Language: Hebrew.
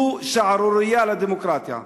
זו שערורייה לדמוקרטיה.